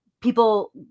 people